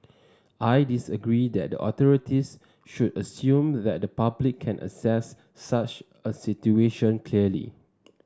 I disagree that the authorities should assume that the public can assess such a situation clearly